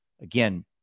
again